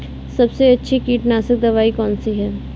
सबसे अच्छी कीटनाशक दवाई कौन सी है?